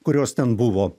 kurios ten buvo